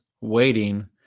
waiting